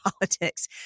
politics